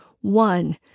One